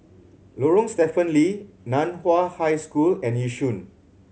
Lorong Stephen Lee Nan Hua High School and Yishun